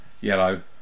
Yellow